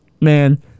man